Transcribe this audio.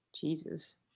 Jesus